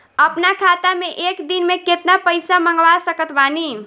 अपना खाता मे एक दिन मे केतना पईसा मँगवा सकत बानी?